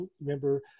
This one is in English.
remember